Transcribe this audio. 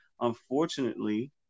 unfortunately